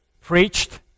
preached